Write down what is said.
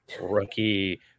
rookie